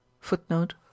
footnote